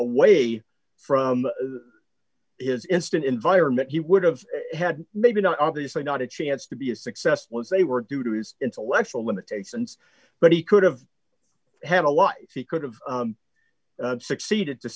away from his instant environment he would have had maybe not obviously not a chance to be as successful as they were due to his intellectual limitations but he could have had a life he could have succeeded to